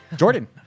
Jordan